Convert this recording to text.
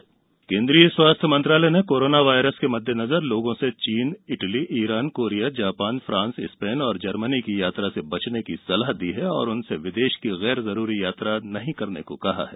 corona सलाह केन्द्रीय स्वास्थ्य मंत्रालय ने कोरोना वायरस के मद्देनजर लोगों से चीन Italy Iran Korea Japan France Spain और जर्मनी की यात्रा से बचने की सलाह दी और उनसे विदेश की गैर जरूरी यात्रा नहीं करने को कहा है